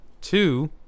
Two